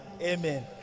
Amen